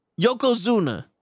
Yokozuna